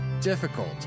difficult